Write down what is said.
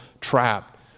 trapped